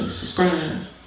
subscribe